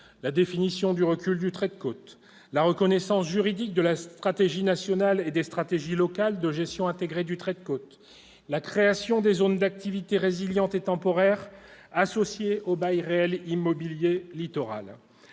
la définition du recul du trait de côte, la reconnaissance juridique de la stratégie nationale et des stratégies locales de gestion intégrée du trait de côte, la création de zones d'activité résiliente et temporaire, associées au bail réel immobilier littoral.